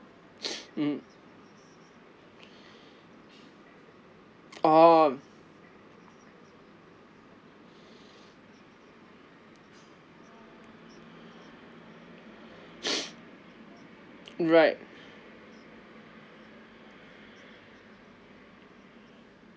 mm ah right